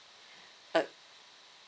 uh